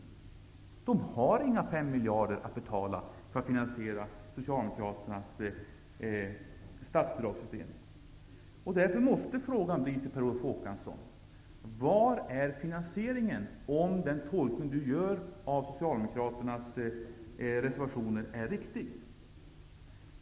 Stadshypotek har inga 5 miljarder att betala ut för att finansiera Socialdemokraternas statsbidragssystem. Därför måste frågan till Per Olof Håkansson bli: Var är finansieringen, om den tolkning som Per Olof Håkansson gör av Socialdemokraternas reservationer är riktig?